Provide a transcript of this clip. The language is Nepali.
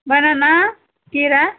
बनाना केरा